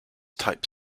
type